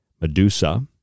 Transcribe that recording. Medusa